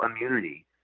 immunity